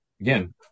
again